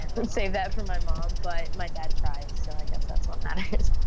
let's say that for my mom. but my dad tries. so i guess that's what matters